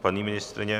Paní ministryně?